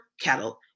cattle